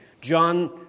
John